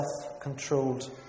self-controlled